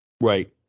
Right